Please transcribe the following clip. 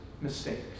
mistakes